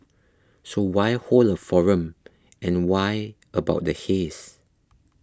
so why hold a forum and why about the haze